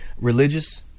religious